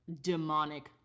demonic